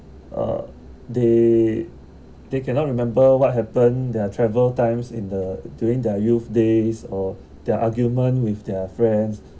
uh they they cannot remember what happen their travel times in the during their youth days or their argument with their friends